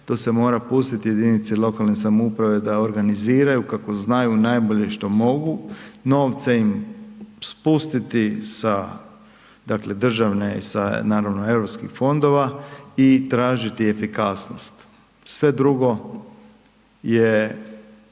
to se mora pustiti jedinici lokalne samouprave da organiziraju kako znaju najbolje i što mogu, novce im spustiti sa dakle državne i naravno i sa europskih fondova i tražiti efikasnost, sve drugo je